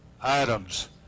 items